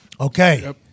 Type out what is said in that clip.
Okay